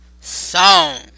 song